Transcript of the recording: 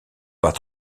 pas